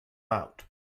out